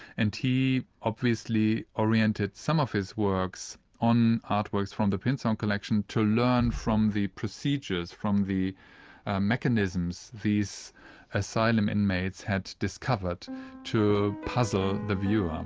and he obviously oriented some of his works on artworks from the prinzhorn collection to learn from the procedures, from the mechanisms these asylum inmates had discovered to puzzle the viewer. um